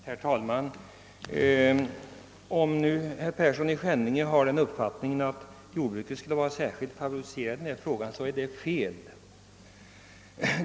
Herr talman! Om herr Perssson i Skänninge har den uppfattningen att jordbruket skulle vara särskilt favorise rat i denna fråga, så har han fel.